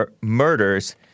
murders